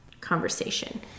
conversation